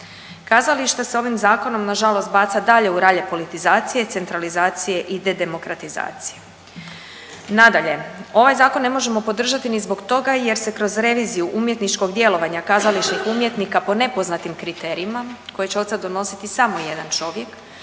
Kazalište se ovim zakonom nažalost baca dalje u ralje politizacije, centralizacije i dedemokratizacije. Nadalje, ovaj zakon ne možemo podržati ni zbog toga jer se kroz reviziju umjetničkog djelovanja kazališnih umjetnika po nepoznatim kriterijima koje će odsada donositi samo jedan čovjek